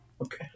Okay